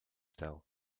stijl